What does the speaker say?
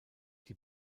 die